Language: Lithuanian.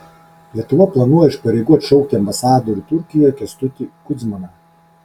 lietuva planuoja iš pareigų atšaukti ambasadorių turkijoje kęstutį kudzmaną